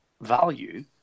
value